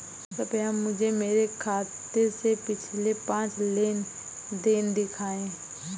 कृपया मुझे मेरे खाते से पिछले पांच लेन देन दिखाएं